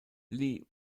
lee